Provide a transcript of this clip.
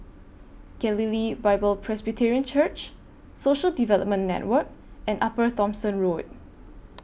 Galilee Bible Presbyterian Church Social Development Network and Upper Thomson Road